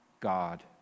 God